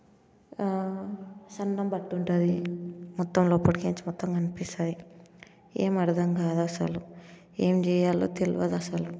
సన్నబడుతుంటుంది మొత్తం లోపలికి మొత్తం కనిపిస్తుంది ఏం అర్థం కాదు అసలు ఏం చేయాలో తెల్వదసలు